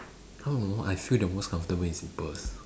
I don't know I feel the most comfortable in slippers